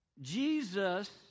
Jesus